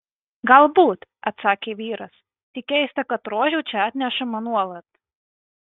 galbūt atsakė vyras tik keista kad rožių čia atnešama nuolat